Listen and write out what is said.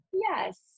Yes